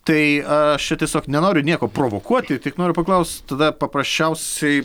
tai aš čia tiesiog nenoriu nieko provokuoti tik noriu paklaust tada paprasčiausiai